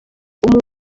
umwe